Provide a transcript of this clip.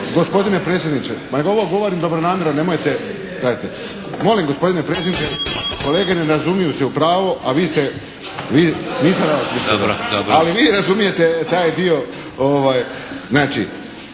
Gospodine predsjedniče, ma ovo govorim dobronamjerno nemojte … Molim gospodine predsjedniče, kolege ne razumiju se u pravo, a vi razumijete taj dio. Znači